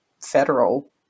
federal